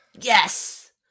Yes